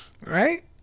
right